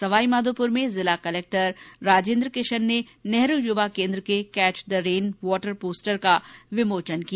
सवाई माधोपुर में जिला कलेक्टर राजेंद्र किशन ने नेहरू युवा केंद्र के catch the rain water poster का विमोचन किया